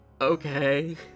Okay